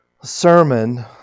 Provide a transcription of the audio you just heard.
sermon